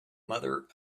mother